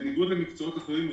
בניגוד למקצועות אחרים,